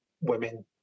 women